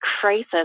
crisis